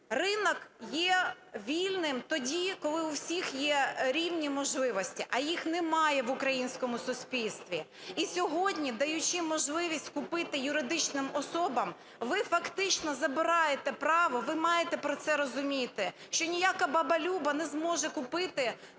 Ринок є вільним тоді, коли у всіх є рівні можливості, а їх немає в українському суспільстві. І сьогодні, даючи можливість купити юридичним особам, ви фактично забираєте право, ви маєте про це розуміти, що ніяка баба Люба не зможе купити